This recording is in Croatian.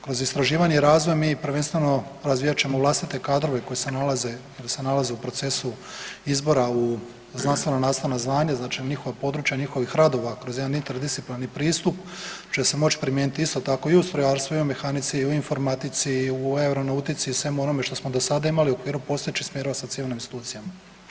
Kroz istraživanje i razvoj mi prvenstveno razvijat ćemo vlastite kadrove koji se nalaze, koji se nalaze u procesu izbora u znanstveno nastavna zvanja znači u njihova područja njihovih radova kroz javni interdisciplinarni pristup će se moć primijenit isto tako i u strojarstvu i u mehanici i u informatici i u euro nautici i svemu onome što smo do sada imali u okviru postojećih smjerova sa civilnim institucijama.